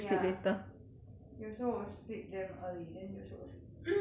有时候我 sleep damn early then 有时候我 有时候我 sleep damn late